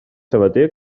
sabater